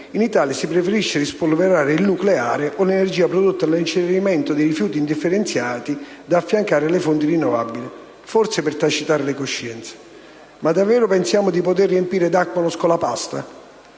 in Italia si preferisce rispolverare il nucleare o l'energia prodotta dall'incenerimento dei rifiuti indifferenziati, da affiancare alle fonti rinnovabili, forse per tacitare le coscienze. Ma davvero pensiamo di poter riempire d'acqua uno scolapasta?